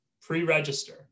pre-register